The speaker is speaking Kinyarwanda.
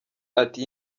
ati